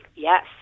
Yes